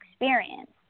experience